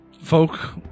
folk